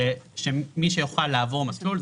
שמי שיוכל לעבור מסלול,